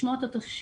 לשמוע את התושבים.